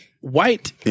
white